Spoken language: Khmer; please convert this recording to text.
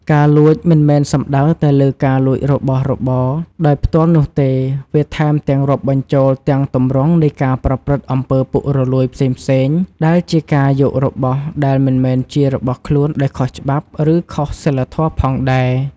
ការលួច មិនមែនសំដៅតែលើការលួចរបស់របរដោយផ្ទាល់នោះទេ វាថែមទាំងរាប់បញ្ចូលទាំងទម្រង់នៃការប្រព្រឹត្តអំពើពុករលួយផ្សេងៗ ដែលជាការយករបស់ដែលមិនមែនជារបស់ខ្លួនដោយខុសច្បាប់ ឬខុសសីលធម៌ផងដែរ។